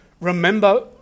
Remember